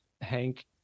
hank